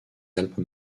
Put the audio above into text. alpes